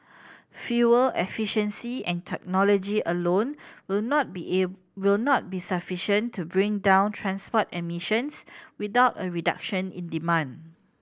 fuel efficiency and technology alone will not be will not be sufficient to bring down transport emissions without a reduction in demand